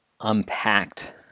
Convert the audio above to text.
unpacked